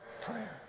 prayer